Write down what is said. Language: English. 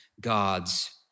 God's